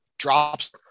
Drops